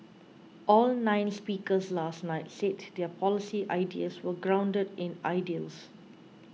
all nine speakers last night said their policy ideas were grounded in ideals